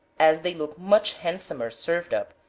as they look much handsomer served up,